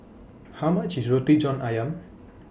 How much IS Roti John Ayam